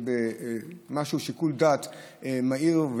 ששיקול דעת מהיר,